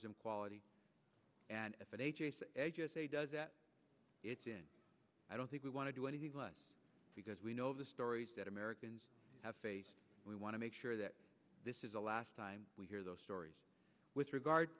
and quality and if it does that it's in i don't think we want to do anything less because we know the stories that americans have faced we want to make sure that this is the last time we hear those stories with regard